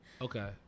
okay